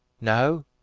No